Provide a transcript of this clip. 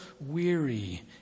weary